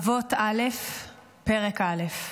אבות פרק א':